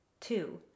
Two